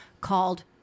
called